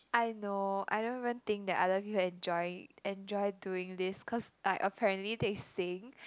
I know I don't even think that other people enjoy enjoy doing this cause like apparently they sing